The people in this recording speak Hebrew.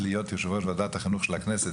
להיותו יושב-ראש ועדת החינוך של הכנסת.